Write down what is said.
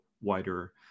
wider